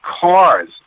cars